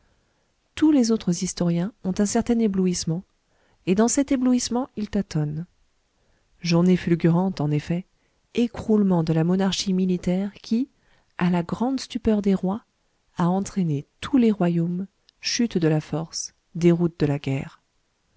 tous les autres historiens ont un certain éblouissement et dans cet éblouissement ils tâtonnent journée fulgurante en effet écroulement de la monarchie militaire qui à la grande stupeur des rois a entraîné tous les royaumes chute de la force déroute de la guerre